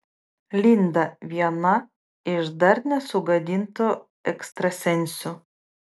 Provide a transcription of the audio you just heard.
linda viena iš dar nesugadintų ekstrasensių